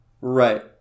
Right